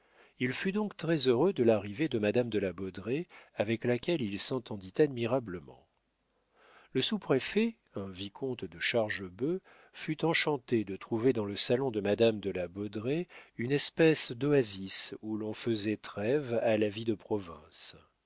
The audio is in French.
il fut donc très-heureux de l'arrivée de madame de la baudraye avec laquelle il s'entendit admirablement le sous-préfet un vicomte de chargebœuf fut enchanté de trouver dans le salon de madame de la baudraye une espèce d'oasis où l'on faisait trêve à la vie de province